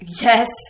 Yes